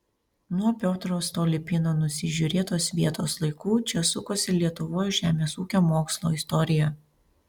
nuo piotro stolypino nusižiūrėtos vietos laikų čia sukosi lietuvos žemės ūkio mokslo istorija